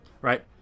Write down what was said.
right